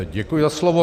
Děkuji za slovo.